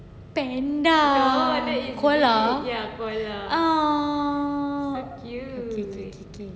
panda koala ah cute cute cute cute